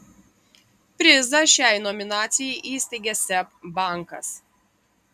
prizą šiai nominacijai įsteigė seb bankas